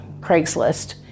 Craigslist